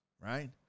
right